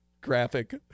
graphic